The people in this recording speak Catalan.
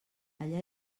allà